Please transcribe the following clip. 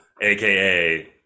AKA